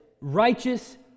righteous